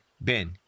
Ben